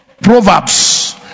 proverbs